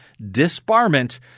disbarment